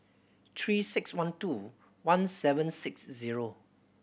Three Six One two one seven six zero